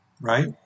right